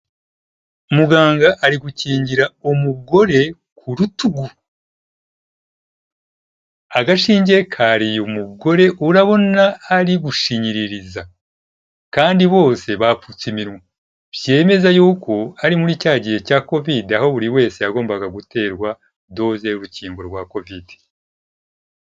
Muganga ari gukingira umugore ku rutugu, agashinge kariye umugore urabona ari gushinyiririza kandi bose bapfutse iminwa, byemeza yuko harimo cya gihe cya Kovide aho buri wese yagomba guterwa doze y'urukingo rwa Kovide.